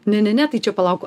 ne ne ne tai čia palauk